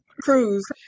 cruise